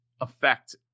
affect